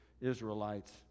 Israelites